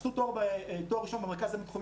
שעשו תואר ראשון במרכז הבין-תחומי